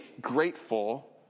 grateful